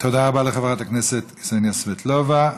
תודה רבה לחברת הכנסת קסניה סבטלובה.